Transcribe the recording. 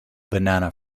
banana